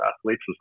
athletes